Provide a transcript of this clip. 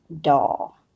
doll